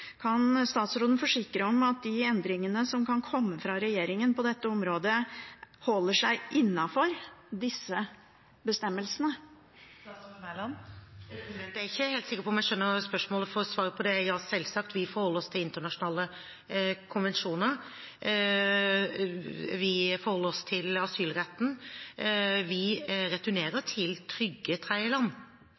Kan statsråden forsikre om at de endringene som kan komme fra regjeringen på dette området, holder seg innenfor disse bestemmelsene? Jeg er ikke helt sikker på om jeg skjønner spørsmålet, for svaret på det er at ja, selvsagt, vi forholder oss til internasjonale konvensjoner. Vi forholder oss til asylretten. Vi returnerer til trygge tredjeland.